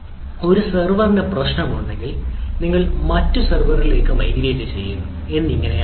ഒരു സെർവറിന് പ്രശ്നമുണ്ടെങ്കിൽ നിങ്ങൾ മറ്റ് സെർവറുകളിലേക്ക് മൈഗ്രേറ്റുചെയ്യുന്നു എന്നിങ്ങനെയുള്ളവയാണ്